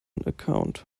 account